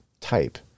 Type